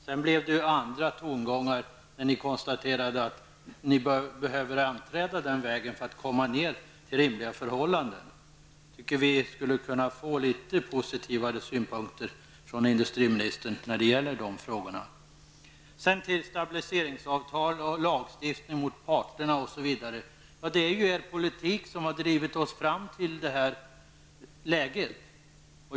Sedan blev det andra tongångar, när ni konstaterade att ni behöver anträda den vägen för att komma ned till rimliga förhållanden. Jag tycker att vi skulle kunna få litet positivare synpunkter från industriministern när det gäller de frågorna. har er politik drivit oss fram till.